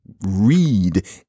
read